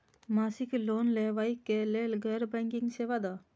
मासिक लोन लैवा कै लैल गैर बैंकिंग सेवा द?